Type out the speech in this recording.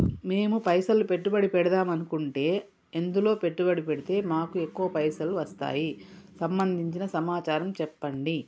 మేము పైసలు పెట్టుబడి పెడదాం అనుకుంటే ఎందులో పెట్టుబడి పెడితే మాకు ఎక్కువ పైసలు వస్తాయి సంబంధించిన సమాచారం చెప్పండి?